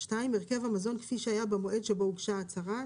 2. הרכב המזון כפי שהיה במועד שבו הוגשה ההצהרה,